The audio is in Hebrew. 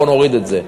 בוא נוריד את זה.